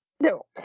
No